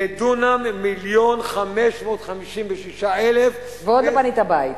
לדונם, 1,556,000, ועוד לא בנית בית.